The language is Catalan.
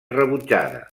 rebutjada